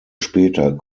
später